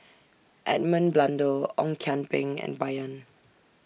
Edmund Blundell Ong Kian Peng and Bai Yan